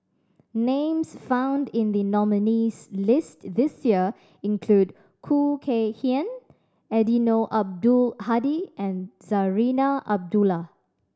names found in the nominees' list this year include Khoo Kay Hian Eddino Abdul Hadi and Zarinah Abdullah